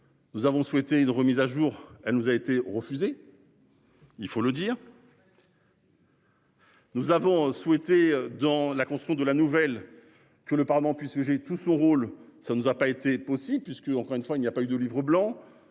nous avons souhaité une remise à jour. Elle nous a été refusé. Il faut le dire. Nous avons souhaité dans la construire de la nouvelle que le Parlement puisse j'ai tout son rôle. Ça nous a pas été possible puisque encore une fois il n'y a pas eu de livre blanc.